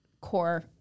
core